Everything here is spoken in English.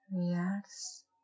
reacts